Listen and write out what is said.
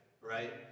right